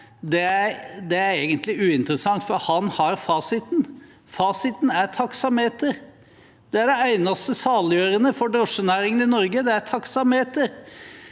med, egentlig er uinteressant, for han har fasiten. Fasiten er taksameter. Det eneste saliggjørende for drosjenæringen i Norge er taksameter.